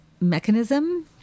mechanism